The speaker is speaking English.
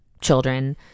children